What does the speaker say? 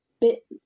bit